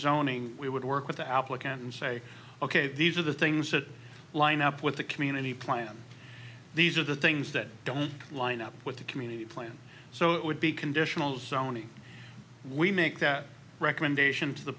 zoning we would work with the applicant and say ok these are the things that line up with the community plan these are the things that don't line up with the community plan so it would be conditional zoning we make that recommendation to the